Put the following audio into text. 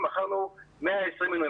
120 מינויים,